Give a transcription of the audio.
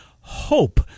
HOPE